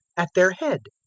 at their head.